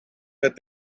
met